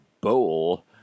Bowl